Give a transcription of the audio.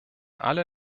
alle